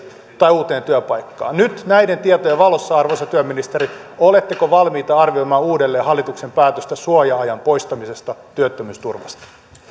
tai uuteen työpaikkaan nyt näiden tietojen valossa arvoisa työministeri oletteko valmiita arvioimaan uudelleen hallituksen päätöstä suoja ajan poistamisesta työttömyysturvasta siinä